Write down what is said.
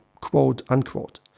quote-unquote